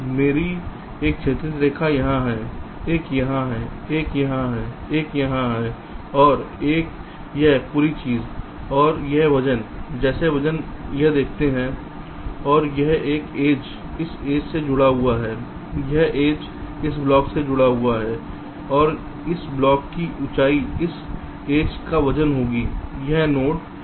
मेरी एक क्षैतिज रेखा यहाँ है एक यहाँ एक यहाँ एक यहाँ और एक यह पूरी चीज़ और यह वज़न जैसे वज़न यह देखते हैं और यह एक एज इस एज से जुड़ा हुआ है और यह एज एक ब्लॉक से जुड़ा हुआ है और इस ब्लॉक की ऊँचाई इस एज का वजन होगी यह नोड है